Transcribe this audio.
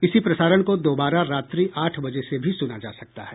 इसी प्रसारण को दोबारा रात्रि आठ बजे से भी सुना जा सकता है